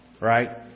right